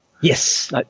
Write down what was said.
Yes